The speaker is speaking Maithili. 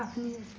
असली